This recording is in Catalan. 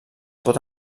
pot